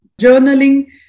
journaling